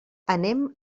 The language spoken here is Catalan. anem